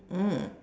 mm